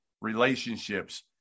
relationships